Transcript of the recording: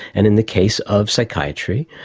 and in the case of psychiatry,